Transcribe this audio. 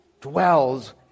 dwells